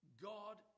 God